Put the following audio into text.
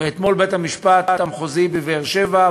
ואתמול בית-המשפט המחוזי בבאר-שבע,